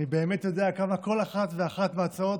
אני באמת יודע כמה כל אחת ואחת מההצעות